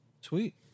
Sweet